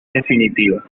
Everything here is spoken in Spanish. definitiva